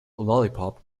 lollipop